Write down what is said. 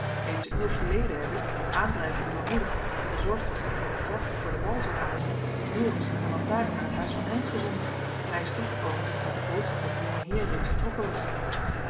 reeds eens uur geleden heb ik op aandrijven uwer moeder die bezorgd was dat gij de gracht voor den wal zoudt aanzien joris met de lantaren naar het huis van heynsz gezonden en hij is teruggekomen met de boodschap dat de jongeheer reeds vertrokken was